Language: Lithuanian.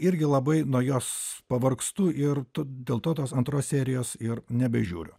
irgi labai nuo jos pavargstu ir dėl to tos antros serijos ir nebežiūriu